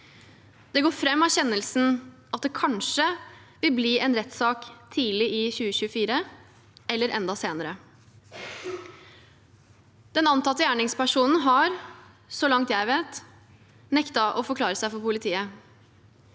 Det går fram av kjennelsen at det kanskje vil bli en rettssak tidlig i 2024 eller enda senere. Den antatte gjerningspersonen har, så langt jeg vet, nektet å forklare seg for politiet.